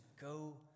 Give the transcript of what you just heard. go